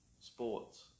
sports